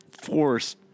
force